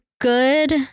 good